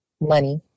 Money